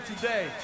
today